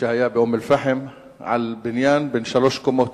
שהיה באום-אל-פחם על בניין בן שלוש קומות,